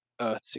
earth